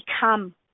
become